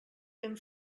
ben